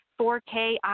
4k